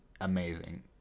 amazing